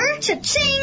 Cha-ching